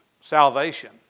salvation